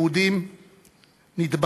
יהודים נטבחים.